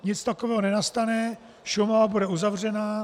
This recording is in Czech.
Nic takového nenastane, Šumava bude uzavřená.